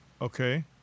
Okay